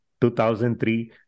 2003